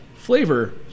flavor